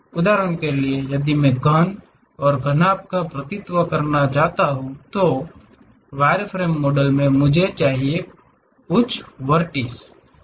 उदाहरण के लिए यदि मैं घन घनाभ का प्रतिनिधित्व करना चाहता हूं वायरफ्रेम मॉडल में जो मुझे चाहिए वह कुछ वर्टिस जैसा है